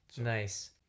Nice